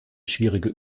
schwierige